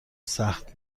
سخت